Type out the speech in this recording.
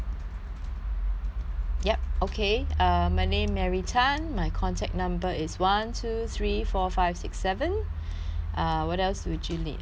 ya okay uh my name mary tan my contact number is one two three four five six seven uh what else would you need oh my address right